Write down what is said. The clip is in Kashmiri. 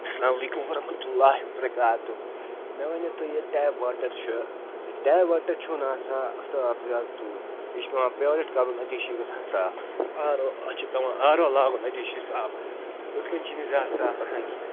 اسلامُ علیکُم وَرحمة اللہِ وبرکاتہ مےٚ ؤنِو تُہۍ یہِ ٹیپ واٹَر چھِ یہِ ٹیپ واٹَر چھُنہٕ آسان صاف زیادٕ کِہیٖنۍ یہِ چھُ پٮ۪وان پیُور اِٹ کَرُن أتی چھِ یہِ گژھان صاف آر او اَتھ چھِ پٮ۪وان آر او لاگُن أتی چھُ یہِ صاف گژھان ہُتھ کٔنۍ چھِنہٕ یہِ زیادٕ صاف آسان کِہیٖنۍ